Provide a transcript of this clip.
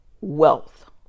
wealth